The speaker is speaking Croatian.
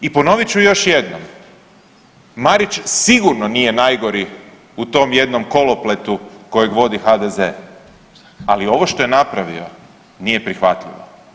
I ponovit ću još jednom, Marić sigurno nije najgori u tom jednom kolopletu kojeg vodi HDZ, ali ovo što je napravio nije prihvatljivo.